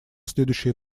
следующий